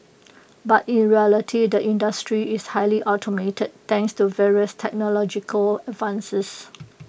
but in reality the industry is highly automated thanks to various technological advances